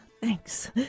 Thanks